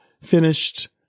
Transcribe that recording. finished